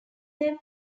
them